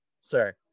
Sir